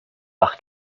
par